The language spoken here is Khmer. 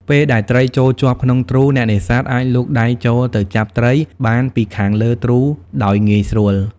ពេលដែលត្រីចូលជាប់ក្នុងទ្រូ អ្នកនេសាទអាចលូកដៃចូលទៅចាប់ត្រីបានពីខាងលើទ្រូដោយងាយស្រួល។